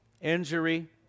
injury